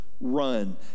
run